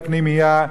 לפנימייה,